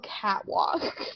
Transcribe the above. catwalk